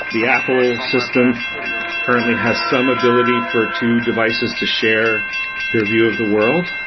the apple system currently has some ability for two devices to share their view of the world.